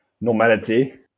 normality